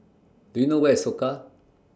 Do YOU know Where IS Soka